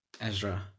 Ezra